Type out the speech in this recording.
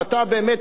באמת,